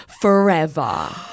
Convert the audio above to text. forever